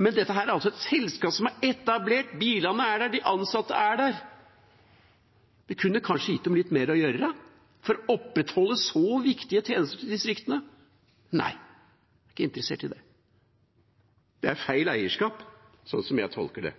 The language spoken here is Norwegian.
men dette er altså et selskap som er etablert. Bilene er der, de ansatte er der. Vi kunne kanskje gitt dem litt mer å gjøre for å opprettholde så viktige tjenester til distriktene. Nei, en er ikke interessert i det, for det er feil eierskap. Det er sånn jeg tolker det.